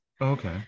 Okay